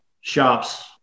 shops